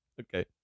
okay